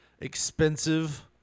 expensive